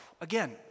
Again